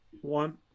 one